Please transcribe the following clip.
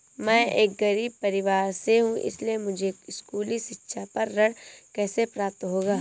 मैं एक गरीब परिवार से हूं इसलिए मुझे स्कूली शिक्षा पर ऋण कैसे प्राप्त होगा?